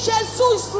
Jesus